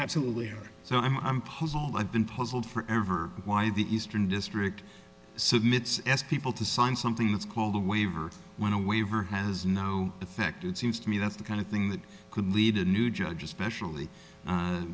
absolutely so i'm puzzled i've been puzzled for ever why the eastern district submit ask people to sign something that's called a waiver when a waiver has no effect it seems to me that's the kind of thing that could lead a new judge especially